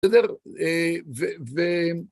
בסדר? ו...